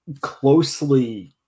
closely